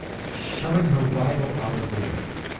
shoving her rival out of the way.